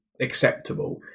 acceptable